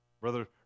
Brother